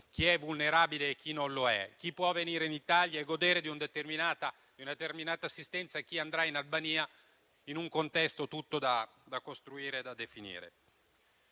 chi è vulnerabile e chi non lo è, chi può venire in Italia e godere di un determinata assistenza e chi andrà in Albania in un contesto tutto da costruire e definire?